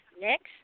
Next